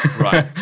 right